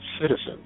citizens